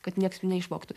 kad nieks jų neišvogtų